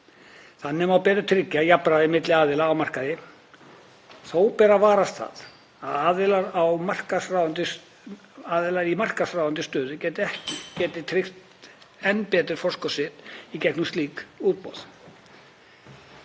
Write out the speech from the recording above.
Þannig má betur tryggja jafnræði milli aðila á markaði. Þó ber að varast það að aðilar í markaðsráðandi stöðu geti tryggt enn betur forskot sitt í gegnum slík útboð.